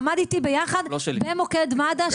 עמד איתי ביחד במוקד מד"א.